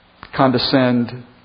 condescend